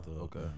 Okay